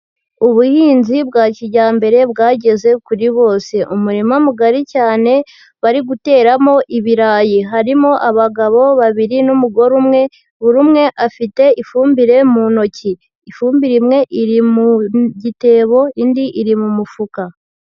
Ubuhinzi bwa kijyambere bwageze kuri bose. Umurima mugari cyane, bari guteramo ibirayi. Harimo abagabo babiri n'umugore umwe, buri umwe afite ifumbire mu ntoki. Ifumbire imwe iri mu gitebo, indi iri mu mufuka.